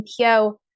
NPO